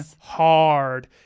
hard